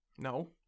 No